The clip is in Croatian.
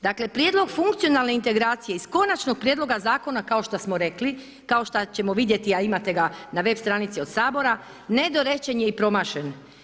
Dakle prijedlog funkcionalne integracije iz konačnog prijedloga zakona kao što smo rekli, kao šta ćemo vidjeti a imate ga na web stranici od Sabora, nedorečen je i promašen.